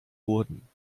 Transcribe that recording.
wurden